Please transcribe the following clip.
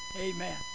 Amen